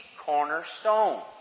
cornerstone